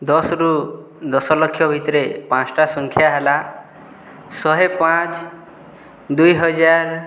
ଦଶ ରୁ ଦଶଲକ୍ଷ ଭିତରେ ପାଞ୍ଚଟା ସଂଖ୍ୟା ହେଲା ଶହେପାଞ୍ଚ ଦୁଇହଜାର